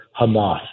Hamas